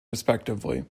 respectively